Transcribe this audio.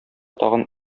тагын